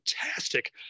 fantastic